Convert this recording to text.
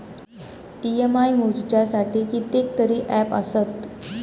EMI मोजुच्यासाठी कितकेतरी app आसत